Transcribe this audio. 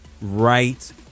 right